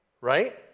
right